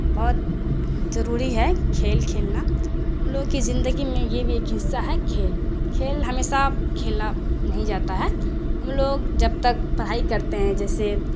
بہت ضروری ہے کھیل کھیلنا ہم لوگوں کی زندگی میں یہ بھی ایک حصہ ہے کھیل کھیل ہمیشہ کھیلا نہیں جاتا ہے ہم لوگ جب تک پڑھائی کرتے ہیں جیسے